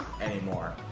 anymore